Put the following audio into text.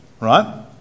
right